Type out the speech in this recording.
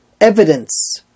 evidence